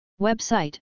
Website